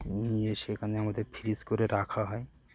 নিয়ে সেখানে আমাদের ফ্রিজ করে রাখা হয়